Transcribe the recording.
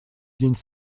день